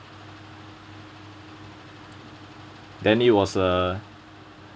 then it was a